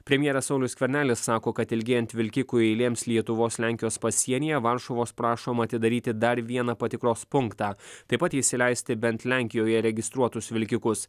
premjeras saulius skvernelis sako kad ilgėjant vilkikų eilėms lietuvos lenkijos pasienyje varšuvos prašoma atidaryti dar vieną patikros punktą taip pat įsileisti bent lenkijoje registruotus vilkikus